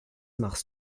machst